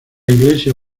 iglesia